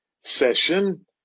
session